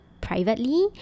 privately